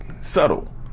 subtle